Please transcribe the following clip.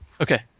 Okay